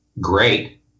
great